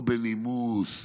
לא בנימוס,